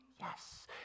Yes